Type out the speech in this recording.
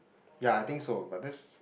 yeah I think so but this